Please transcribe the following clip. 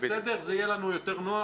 זה יהיה לנו יותר נוח.